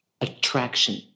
attraction